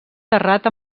terrat